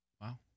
wow